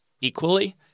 equally